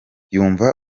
yumva